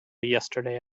yesterday